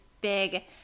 big